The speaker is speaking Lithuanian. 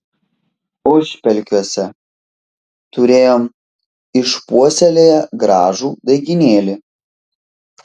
užpelkiuose turėjom išpuoselėję gražų daigynėlį